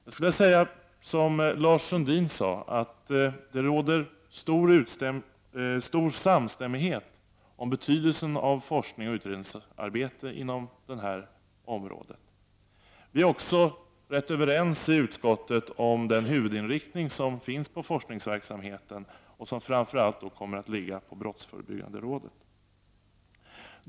Låt mig i likhet med Lars Sundin säga att det råder stor samstämmighet om betydelsen av forskningsoch utredningsarbete inom denna sektor. I utskottet är vi också i stort sett överens om huvudinriktningen av forskningsverksamheten, en verksamhet som framför allt kommer att bedrivas av brottsförebyggande rådet.